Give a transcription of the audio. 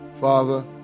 Father